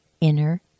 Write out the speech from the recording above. inner